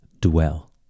dwell